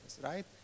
right